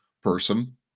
person